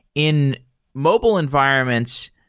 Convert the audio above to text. in mobile environments,